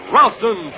Ralston